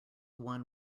won